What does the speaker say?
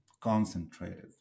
concentrated